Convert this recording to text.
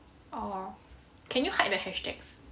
orh can you hide the hashtags